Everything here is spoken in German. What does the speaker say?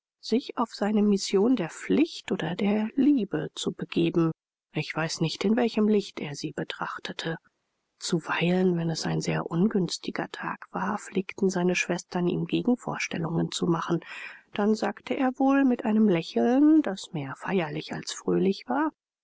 sich auf seine mission der pflicht oder der liebe zu begeben ich weiß nicht in welchem licht er sie betrachtete zuweilen wenn es ein sehr ungünstiger tag war pflegten seine schwestern ihm gegenvorstellungen zu machen dann sagte er wohl mit einem lächeln das mehrfeierlich als fröhlich war